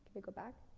it go back?